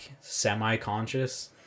semi-conscious